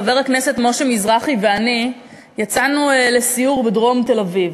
חבר הכנסת משה מזרחי ואני יצאנו לסיור בדרום תל-אביב.